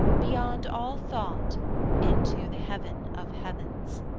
beyond all thought into the heaven of heavens.